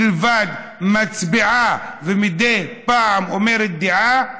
מלבד שהיא מצביעה ומדי פעם אומרת דעה,